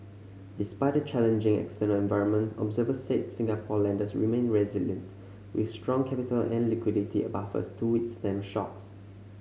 despite a challenging external environment observers said Singapore lenders remain resilient with strong capital and liquidity buffers to withstand shocks